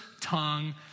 tongue